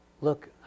look